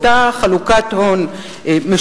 בשל אותה חלוקת הון משובשת.